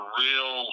real